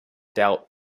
doubt